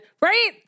Right